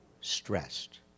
stressed